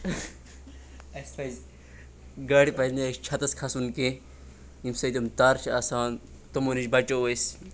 اَسہِ پَزِ گاڑِ پَزِ نہٕ اَسہِ چھَتَس کھَسُن کینٛہہ ییٚمہِ سۭتۍ یِم تَارٕ چھِ آسان تِمو نِش بَچو أسۍ